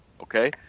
okay